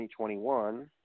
2021